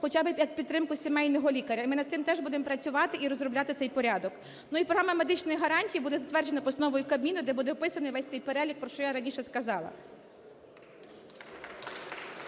хоча б як підтримку сімейного лікаря. І ми на цим теж будемо працювати і розробляти цей порядок. Ну, і програма медичних гарантій буде затверджена постановою Кабміну, де буде описаний весь цей перелік, про що я раніше сказала.